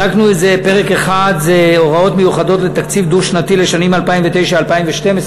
פרק אחד זה הוראות מיוחדות לתקציב דו-שנתי לשנים 2009 2012,